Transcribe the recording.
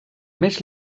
més